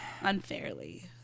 unfairly